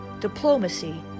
diplomacy